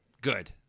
Good